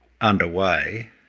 underway